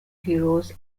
heroes